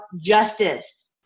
justice